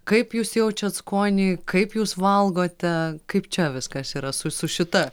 kaip jūs jaučiat skonį kaip jūs valgote kaip čia viskas yra su su šita